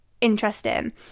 interesting